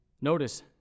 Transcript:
notice